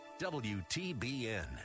WTBN